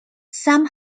some